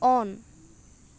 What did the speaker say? on